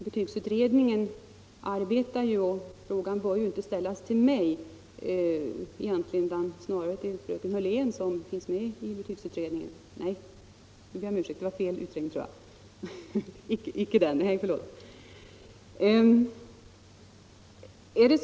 Betygsutredningen är ju i arbete, och frågan bör egentligen inte ställas till mig utan till den utredningen.